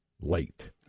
late